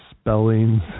spellings